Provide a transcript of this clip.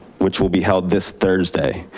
which will be held this thursday.